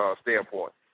standpoint